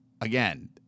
Again